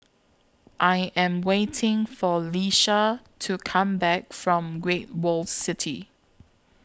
I Am waiting For Leisha to Come Back from Great World City